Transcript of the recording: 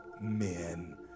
men